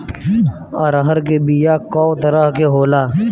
अरहर के बिया कौ तरह के होला?